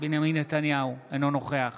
בנימין נתניהו, אינו נוכח